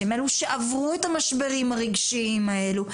אלו שעברו את המשברים הרגשיים האלה.